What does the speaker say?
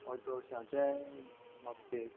हय थोळशाचे बाबतीन